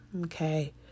Okay